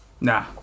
Nah